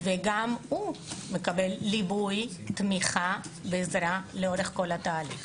וגם הוא מקבל ליווי, תמיכה ועזרה לאורך כל התהליך.